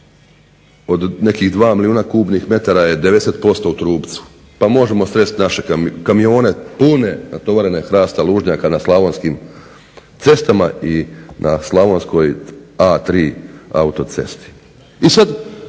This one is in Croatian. od nekih 2 milijuna kubnih metara je 90% u trupcu, pa možemo sresti naše kamione pune natovarene hrasta lužnjaka na slavonskim cestama i slavonskoj A3 auto cesti.